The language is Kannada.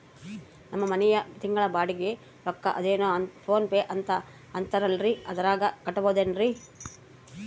ನಮ್ಮ ಮನೆಯ ತಿಂಗಳ ಬಾಡಿಗೆ ರೊಕ್ಕ ಅದೇನೋ ಪೋನ್ ಪೇ ಅಂತಾ ಐತಲ್ರೇ ಅದರಾಗ ಕಟ್ಟಬಹುದೇನ್ರಿ?